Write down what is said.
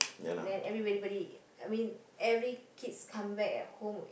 then everybody body I mean every kids come back at home